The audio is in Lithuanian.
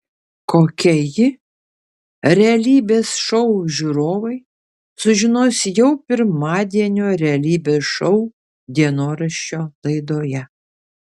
kokia ji realybės šou žiūrovai sužinos jau pirmadienio realybės šou dienoraščio laidoje